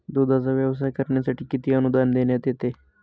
दूधाचा व्यवसाय करण्यासाठी किती अनुदान देण्यात येते?